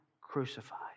crucified